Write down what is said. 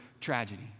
tragedy